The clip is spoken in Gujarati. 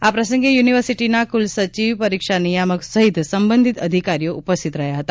આ પ્રસંગે યુનિવર્સિટીના કુલ સચિવ પરીક્ષા નિયામક સહિત સંબંધિત અધિકારીઓ ઉપસ્થિત રહ્યા હતા